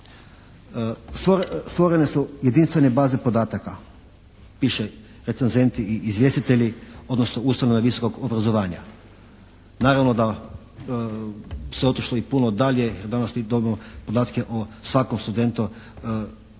Stvorene su jedinstvene baze podataka. Piše recenzenti i izvjestitelji odnosno ustanove visokog obrazovanja. Naravno da su otišli puno dalje, danas mi dobivamo podatke o svakom studentu u bilo